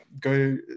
Go